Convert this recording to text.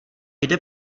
jde